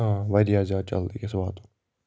آ واریاہ زیادٕ جلدی گژِھ واتُن